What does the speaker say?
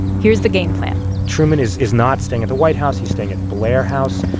here's the game plan truman is is not staying at the white house. he's staying at blair house,